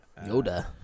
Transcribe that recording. Yoda